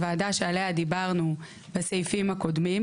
הוועדה שעליה דיברנו בסעיפים הקודמים,